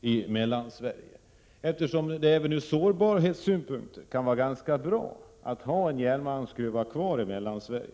för Mellansverige. Men även ur sårbarhetssynpunkt kan det vara ganska bra att ha kvar en järnmalmsgruva i Mellansverige.